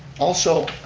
also,